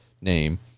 name